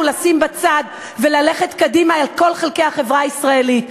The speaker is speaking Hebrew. לשים בצד וללכת קדימה אל כל חלקי החברה הישראלית.